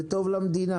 זה טוב למדינה.